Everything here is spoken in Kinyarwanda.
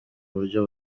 buryo